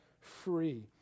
free